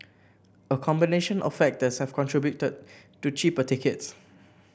a combination of factors have contributed to cheaper tickets